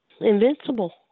Invincible